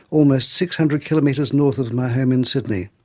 almost six hundred kilometres north of my home in sydney.